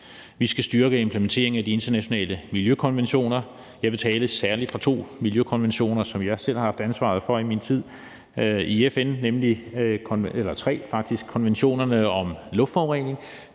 Vi skal styrke implementeringen af de internationale miljøkonventioner. Jeg vil særlig tale for to miljøkonventioner, som jeg selv har haft ansvaret for i min tid i FN, eller faktisk tre konventioner, nemlig konventionen